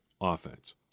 offense